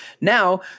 Now